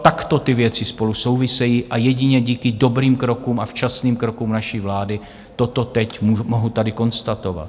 Takto ty věci spolu souvisejí a jedině díky dobrým krokům a včasným krokům naší vlády toto teď mohu tady konstatovat.